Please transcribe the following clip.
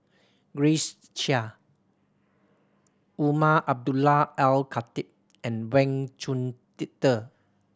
Grace Chia Umar Abdullah Al Khatib and Wang